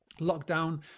lockdown